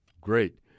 Great